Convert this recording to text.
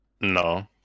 No